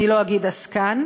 אני לא אגיד "עסקן",